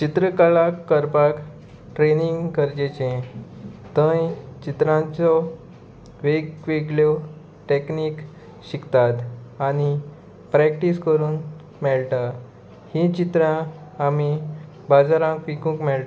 चित्रकला करपाक ट्रेनींग गरजेचें थंय चित्रांच्यो वेग वेगळ्यो टॅक्नीक शिकतात आनी प्रॅक्टीस करून मेळटा हीं चित्रां आमी बाजारांत विकूंक मेळटा